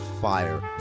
fire